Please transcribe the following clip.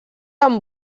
amb